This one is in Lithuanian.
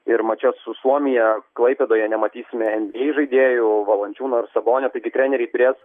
ir mače su suomija klaipėdoje nematysime nba žaidėjų valančiūno ir sabonio tai treneriai turės